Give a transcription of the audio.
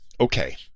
Okay